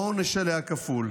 העונש עליה כפול.